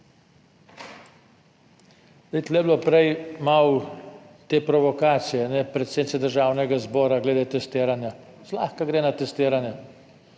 tu je bilo prej malo te provokacije predsednice Državnega zbora glede testiranja. Zlahka gre na testiranje.